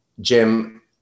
Jim